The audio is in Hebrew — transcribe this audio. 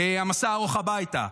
המסע הארוך הביתה,